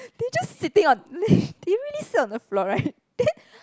they're just sitting on they really sit on the floor [right]